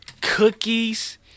Cookies